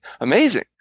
amazing